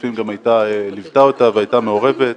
הכספים גם ליוותה אותה והייתה מעורבת,